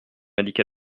indiquer